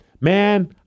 man